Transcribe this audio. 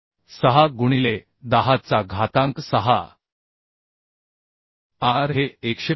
06 गुणिले 10 चा घातांक 6 r he115